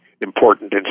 important